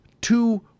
two